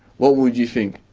what would you think?